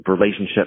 relationship